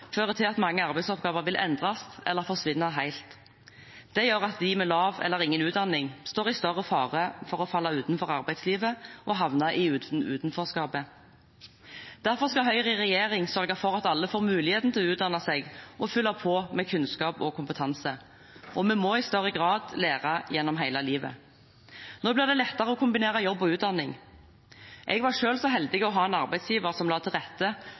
til at mange arbeidsoppgaver vil endres eller forsvinne helt. Det gjør at de med lav eller ingen utdanning står i større fare for å falle utenfor arbeidslivet og havne i utenforskapet. Derfor skal Høyre i regjering sørge for at alle får muligheten til å utdanne seg og fylle på med kunnskap og kompetanse. Vi må i større grad lære hele livet. Nå blir det lettere å kombinere jobb og utdanning. Jeg var selv så heldig å ha en arbeidsgiver som la til rette